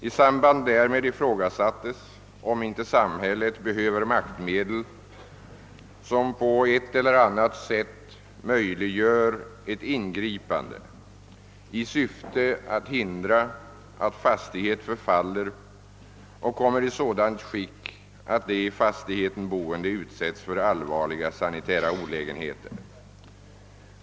I samband därmed ifrågasattes, om inte samhället behöver maktmedel som på ett eller annat sätt möjliggör ett ingripande i syfte att hindra att en fastighet förfaller och kommer i sådant skick att de i fastigheten boende utsättes för allvarliga sanitära olägenheter.